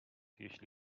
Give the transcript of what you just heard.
jeśli